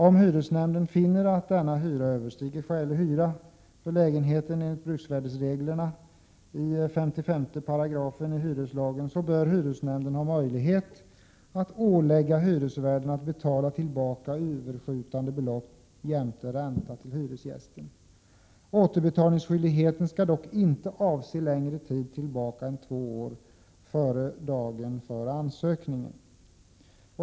Om hyresnämnden finner att denna hyra överstiger skälig hyra för lägenheten enligt bruksvärdesreglerna i 55 § hyreslagen, bör hyresnämnden ha möjlighet att ålägga hyresvärden att betala tillbaka överskjutande belopp jämte ränta till hyresgästen. Återbetalningsskyldigheten skall dock inte avse längre tid tillbaka än två år före dagen för ansökan.